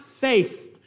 faith